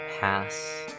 pass